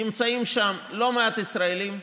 נמצאים שם לא מעט ישראלים.